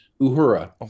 Uhura